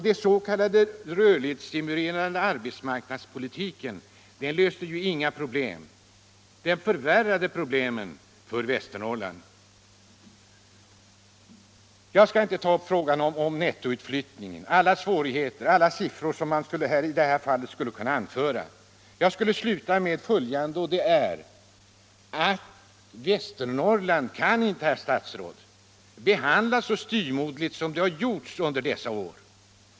Den s.k. rörlighetsstimulerande arbetsmarknadspolitiken löste ju inga problem — den förvärrade problemen för Västernorrland. Jag skall inte ta upp frågan om nettoutflyttningen — alla svårigheter, alla siffror som man i detta fall skulle kunna anföra. Jag skall sluta med att säga att Västernorrland kan inte, herr statsråd, behandlas så styvmoderligt som skett under dessa år.